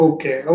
Okay